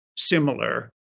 similar